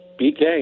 BK